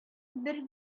бер